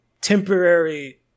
temporary